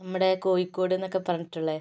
നമ്മുടെ കോഴിക്കോട് എന്നൊക്കെ പറഞ്ഞിട്ടുള്ളേ